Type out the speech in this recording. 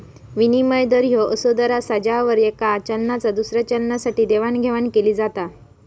विनिमय दर ह्यो असो दर असा ज्यावर येका चलनाचा दुसऱ्या चलनासाठी देवाणघेवाण केला जाता